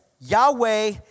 Yahweh